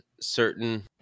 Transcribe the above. certain